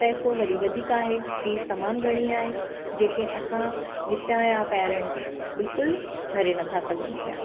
पैसो वरी वधीक आहे फ़ीस तमामु घणी आहे जेके असां हितां जा पेरेंट्स बिल्कुलु भरे नथा सघनि पिया